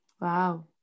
Wow